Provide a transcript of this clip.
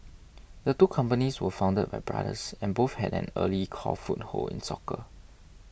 the two companies were founded by brothers and both had an early core foothold in soccer